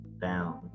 down